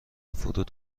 فرود